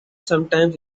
sometimes